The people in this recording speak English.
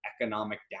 economic